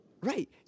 Right